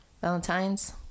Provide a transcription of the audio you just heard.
Valentine's